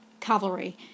cavalry